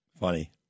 Funny